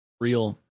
Real